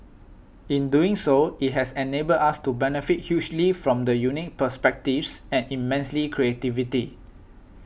in doing so it has enabled us to benefit hugely from the unique perspectives and immense creativity